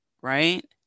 Right